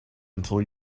until